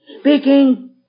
speaking